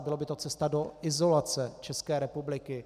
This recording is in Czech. Byla by to cesta do izolace České republiky.